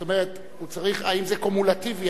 זאת אומרת, האם זה קומולטיבי?